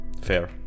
fair